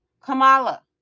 Kamala